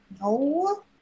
No